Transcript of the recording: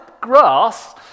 grass